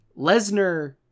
Lesnar